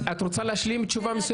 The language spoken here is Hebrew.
את רוצה להשלים תשובה?